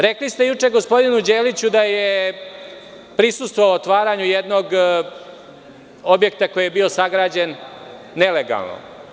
Rekli ste juče gospodinu Đeliću da je prisustvovao otvaranju jednog objekta koji je bio sagrađen nelegalno.